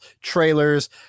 trailers